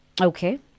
Okay